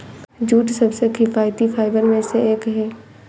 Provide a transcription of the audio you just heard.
jute सबसे किफायती fibre में से एक है